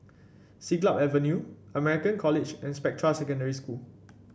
Siglap Avenue American College and Spectra Secondary School